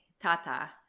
tata